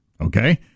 Okay